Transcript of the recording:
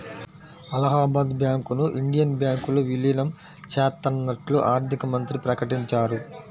అలహాబాద్ బ్యాంకును ఇండియన్ బ్యాంకులో విలీనం చేత్తన్నట్లు ఆర్థికమంత్రి ప్రకటించారు